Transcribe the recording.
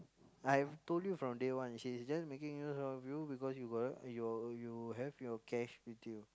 I've told you from day one she's just making use of you got because you have cash with you